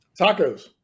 Tacos